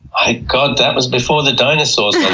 god, that was before the dinosaurs